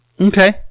Okay